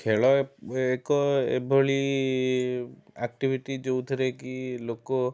ଖେଳ ଏକ ଏଭଳି ଆକ୍ଟିଭିଟି ଯେଉଁଥିରେକି ଲୋକ